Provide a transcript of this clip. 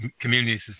communities